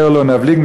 יותר לא נבליג.